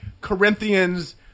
Corinthians